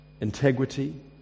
integrity